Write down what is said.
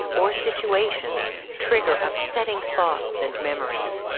or situations trigger upsetting thoughts and memories.